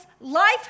life